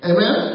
Amen